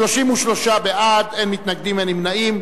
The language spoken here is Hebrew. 33 בעד, אין מתנגדים, אין נמנעים.